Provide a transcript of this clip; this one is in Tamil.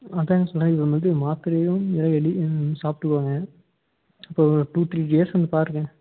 அதாங்க சொன்னேன் இது நம்ம வந்து மாத்திரையும் வெளி சாப்பிட்டுக்கோங்க அப்போ டூ த்ரீ இயர்ஸ் வந்து பாருங்கள்